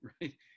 right